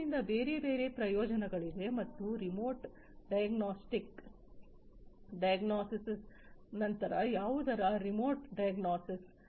ಆದ್ದರಿಂದ ಬೇರೆ ಬೇರೆ ಪ್ರಯೋಜನಗಳಿವೆ ಮತ್ತು ರಿಮೋಟ್ ಡಯಾಗ್ನೋಸಿಸ್ ನಂತರ ಯಾವುದರ ರಿಮೋಟ್ ಡಯಾಗ್ನೋಸಿಸ್